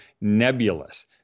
nebulous